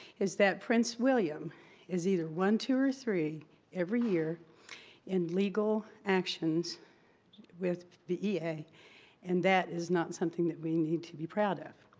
is that prince william is either one, two, or three every year in legal actions with the ea and and that is not something that we need to be proud of.